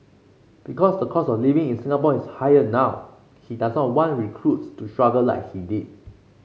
because the cost of living in Singapore is higher now he does not want recruits to struggle like he did